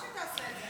למה שהיא תעשה את זה?